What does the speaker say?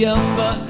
Alpha